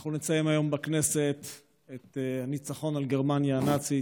אנחנו נציין היום בכנסת את הניצחון על גרמניה הנאצית.